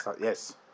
Yes